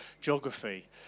geography